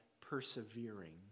persevering